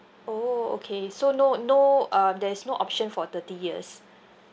orh okay so no no um there is no option for thirty years